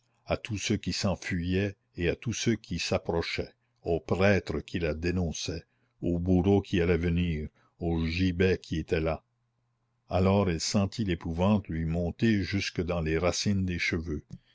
à tout ce qui s'enfuyait et à tout ce qui s'approchait au prêtre qui la dénonçait au bourreau qui allait venir au gibet qui était là alors elle sentit l'épouvante lui monter jusque dans les racines des cheveux